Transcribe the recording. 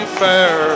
fair